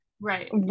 right